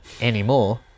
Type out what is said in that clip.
anymore